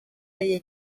yari